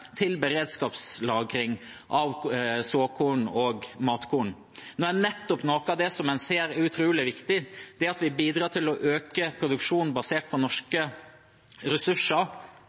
til beredskapslagring av såkorn og matkorn, når nettopp noe av det en ser er utrolig viktig, er å bidra til å øke produksjonen basert på norske ressurser,